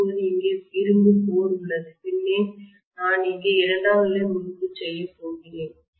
இப்போது இங்கே இரும்பு கோர் உள்ளது பின்னர் நான் இங்கே இரண்டாம் நிலை முறுக்கு செய்ய போகிறேன்